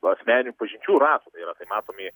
asmeninių pažinčių rato tai yra tai matomi